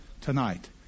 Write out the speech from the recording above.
tonight